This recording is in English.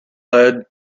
led